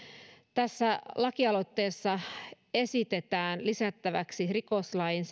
tässä lakialoitteessa esitetään lisättäväksi rikoslain